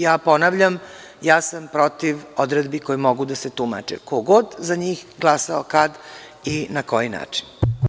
Ja ponavljam, ja sam protiv odredbi koje mogu da se tumače, ko god za njih glasao kad i na koji način.